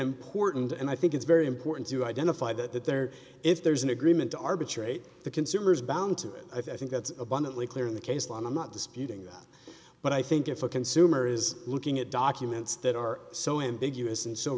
important and i think it's very important to identify that there if there's an agreement to arbitrate the consumer is bound to it i think that's abundantly clear in the case law and i'm not disputing that but i think if a consumer is looking at documents that are so in big us and so